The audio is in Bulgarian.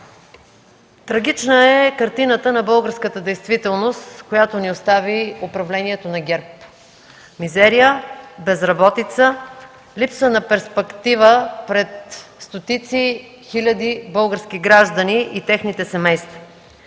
Трагична е картината на българската действителност, която ни остави управлението на ГЕРБ – мизерия, безработица, липса на перспектива пред стотици хиляди български граждани и техните семейства.